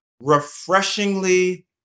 refreshingly